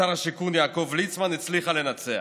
ושר השיכון יעקב ליצמן, הצליחה לנצח.